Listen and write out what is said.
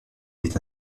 est